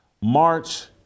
March